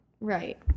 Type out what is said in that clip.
right